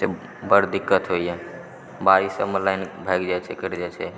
बर दिक्कत होइया बारिस सबमे लाइन भागि जाइत छै कटि जाइत छै